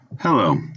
Hello